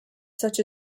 such